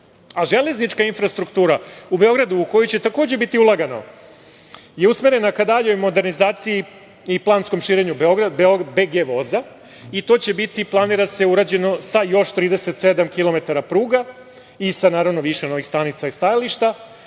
kilometra. Železnička infrastruktura u Beogradu, u koju će takođe biti ulagano, je usmerena ka daljoj modernizaciji i planskom širenju BG voza. To će biti, planira se, urađeno sa još 37 kilometara pruga i sa više novih stanica i stajališta.